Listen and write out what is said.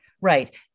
right